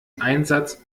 einsatz